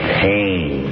pain